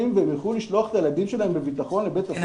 והם יוכלו לשלוח את הילדים שלהם בביטחון לבית הספר?